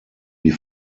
die